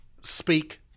speak